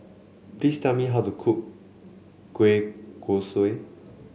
please tell me how to cook Kueh Kosui